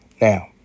Now